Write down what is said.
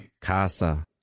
Casa